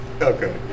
Okay